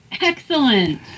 excellent